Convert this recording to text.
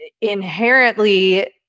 Inherently